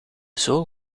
zool